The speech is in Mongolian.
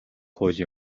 хууль